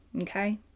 okay